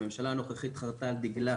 הממשלה הנוכחית חרטה על דגלה